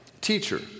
teacher